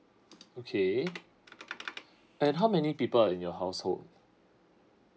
okay and how many people in your household